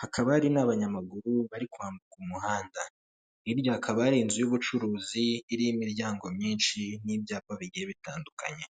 hakaba hari n'abanyamaguru bari kwambuka umuhanda hirya hakaba hari inzu y'ubucuruzi irimo imiryango myinshi n'ibyapa bigiye bitandukanye.